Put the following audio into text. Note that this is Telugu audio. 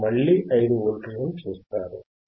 మీరు మళ్ళీ 5 వోల్ట్లను చూస్తారు